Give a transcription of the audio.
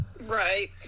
Right